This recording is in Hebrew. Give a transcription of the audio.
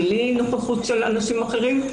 בלי נוכחות של אנשים אחרים,